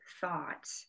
thought